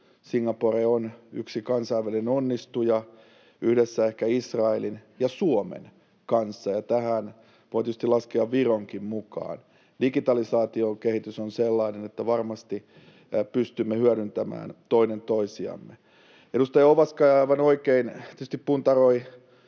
Singapore on yksi kansainvälinen onnistuja, yhdessä ehkä Israelin ja Suomen kanssa, ja tähän voi tietysti laskea Vironkin mukaan. Digitalisaatiokehitys on sellainen, että varmasti pystymme hyödyntämään toinen toisiamme. Edustaja Ovaska aivan oikein tietysti puntaroi